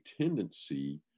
tendency